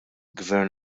gvern